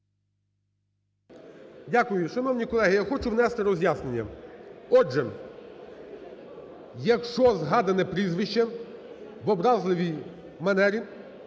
Дякую. Шановні колеги, я хочу внести роз'яснення. Отже, якщо згадане прізвище в образливій манері,